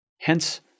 Hence